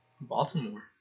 Baltimore